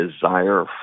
desire